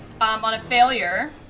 on a failure